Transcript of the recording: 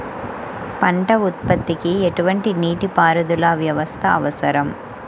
పంట ఉత్పత్తికి ఎటువంటి నీటిపారుదల వ్యవస్థ అవసరం?